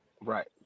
Right